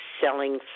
selling